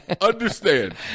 understand